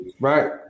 right